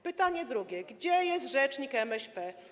Pytanie drugie: Gdzie jest rzecznik MŚP?